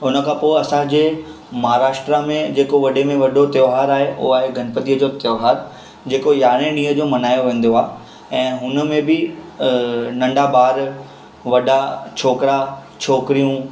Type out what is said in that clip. उनखां पोइ असांजे महाराष्ट्रा में जेको वॾे में वॾो त्योहारु आहे उहो आहे गणपतीअ जो त्योहारु जेको यारहें ॾींहं जो मल्हायो वेंदो आहे ऐं हुन में बि नंढा ॿार वॾा छोकिरा छोकिरियूं